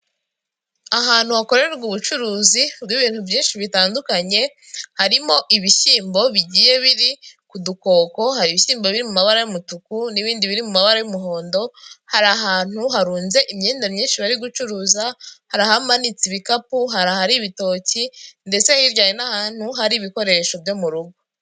Ahantu hakorerwa ubucuruzi bw'ibintu byinshi bitandukanye harimo ibishyimbo bigiye biri ku dukoko, hari ibishyimbo biri mu mabara y'umutuku, n'ibindi biri mu mabara y'umuhondo, hari ahantu harunze imyenda myinshi bari gucuruza, hari ahamanitse ibikapu, hari ahari ibitoki, ndetse hirya hari n'ahantu hari ibikoresho byo mu rugo.